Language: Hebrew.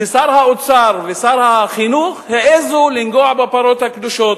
ששר האוצר ושר החינוך העזו לנגוע בפרות הקדושות.